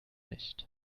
nicht